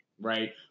right